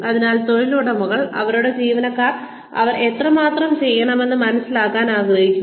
അതിനാൽ തൊഴിലുടമകൾ അവരുടെ ജീവനക്കാർ അവർ എത്രമാത്രം ചെയ്യണമെന്ന് മനസ്സിലാക്കാൻ ആഗ്രഹിക്കുന്നു